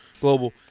Global